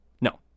No